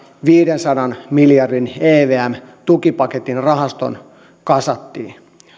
viidensadan miljardin evm tukipaketin rahasto kasattiin